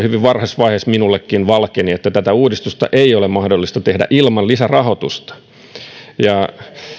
hyvin varhaisessa vaiheessa minullekin valkeni että tätä uudistusta ei ole mahdollista tehdä ilman lisärahoitusta ja